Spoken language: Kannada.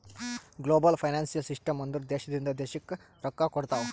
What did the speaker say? ಗ್ಲೋಬಲ್ ಫೈನಾನ್ಸಿಯಲ್ ಸಿಸ್ಟಮ್ ಅಂದುರ್ ದೇಶದಿಂದ್ ದೇಶಕ್ಕ್ ರೊಕ್ಕಾ ಕೊಡ್ತಾವ್